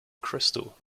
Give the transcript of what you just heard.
crystal